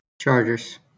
Chargers